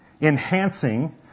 enhancing